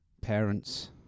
parents